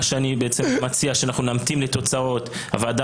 אני מציע שאנחנו נמתין לתוצאות העררים של הוועדה